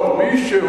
לא, מי שהוא,